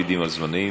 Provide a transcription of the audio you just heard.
זמנים.